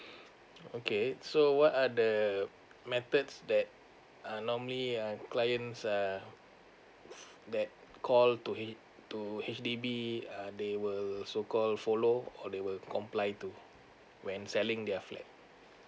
okay so what are the methods that uh normally uh clients uh that call to to H_D_B uh they will so called follow or they will comply to when selling their flat